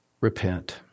repent